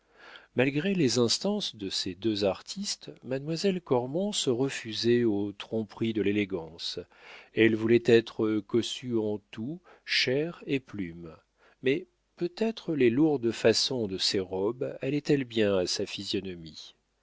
malgré les instances de ces deux artistes mademoiselle cormon se refusait aux tromperies de l'élégance elle voulait être cossue en tout chair et plumes mais peut-être les lourdes façons de ses robes allaient elles bien à sa physionomie